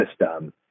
system